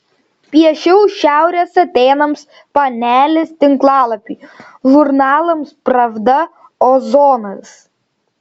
piešiau šiaurės atėnams panelės tinklalapiui žurnalams pravda ozonas